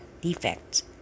defect